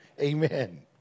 Amen